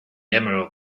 emerald